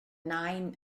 nain